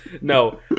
No